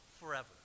forever